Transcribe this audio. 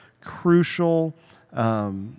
crucial